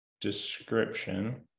description